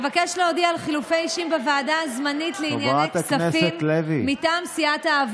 ראשון הדוברים, חבר הכנסת כסיף, אינו נוכח.